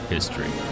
History